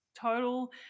total